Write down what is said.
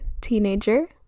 teenager